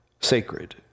sacred